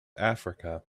africa